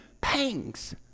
pangs